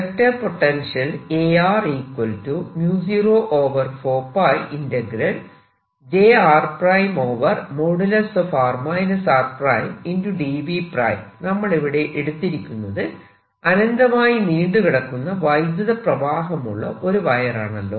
vector potential നമ്മളിവിടെ എടുത്തിരിക്കുന്നത് അനന്തമായി നീണ്ടുകിടക്കുന്ന വൈദ്യുത പ്രവാഹമുള്ള ഒരു വയറാണല്ലോ